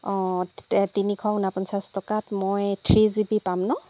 অঁ তিনিশ ঊনপঞ্চাছ টকাত মই থ্ৰী জি বি পাম ন